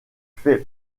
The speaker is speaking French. fait